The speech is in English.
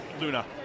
Luna